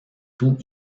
tout